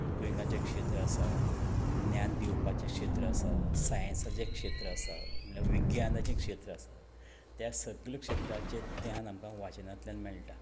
कुक्विंगाचें एक क्षेत्र आसा ज्ञान दिवपाचें क्षेत्र आसा सायन्साचें एक क्षेत्र आसा म्हळ्ळ्या विज्ञानाचें एक क्षेत्र आसा त्या सगले क्षेत्राचें द्यान आमकां वाचनांतल्यान मेळटा